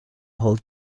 hold